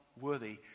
worthy